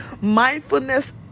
Mindfulness